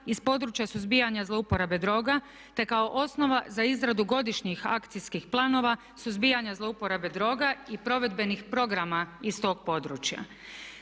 iz područja suzbijanja zlouporabe droga te kao osnova za izradu godišnjih akcijskih planova suzbijanja zlouporabe droga i provedbenih programa iz tog područja.